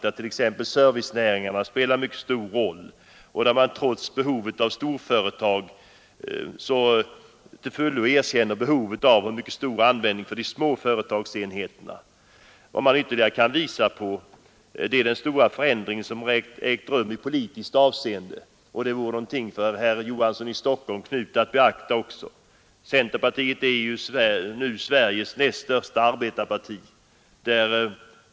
Servicenäringarna spelar t.ex. mycket stor roll och trots behovet av storföretag erkänner man till fullo behovet av de små företagsenheterna. Vad man ytterligare kan visa på är den stora förändring som ägt rum i politiskt avseende, vilket vore något för herr Knut Johansson i Stockholm att beakta. Centerpartiet är nu Sveriges näst största arbetarparti.